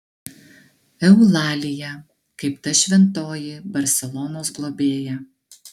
eulalija kaip ta šventoji barselonos globėja